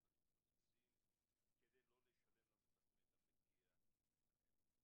מבוטחים גוססים כדי לא לשלם למבוטחים את המגיע להם.